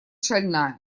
шальная